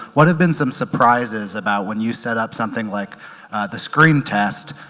what have been some surprises about when you set up something like the screen test,